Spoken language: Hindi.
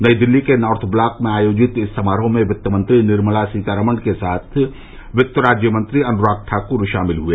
नई दिल्ली के नार्थ ब्लाक में आयोजित इस समारोह में वित्त मंत्री निर्मला सीमारामन के साथ वित्त राज्य मंत्री अनुराग ठाकुर शामिल हुए